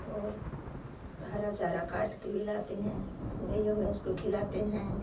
और हरा चारा काट कर भी लाते हैं गईया भैंस को खिलाते हैं